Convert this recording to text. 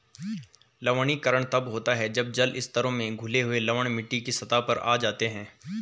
लवणीकरण तब होता है जब जल स्तरों में घुले हुए लवण मिट्टी की सतह पर आ जाते है